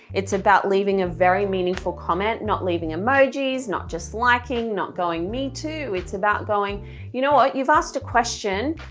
it's about leaving a very meaningful comment, not leaving emojis, not just liking, not going me too it's about going you know what, you've asked a question,